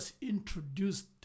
introduced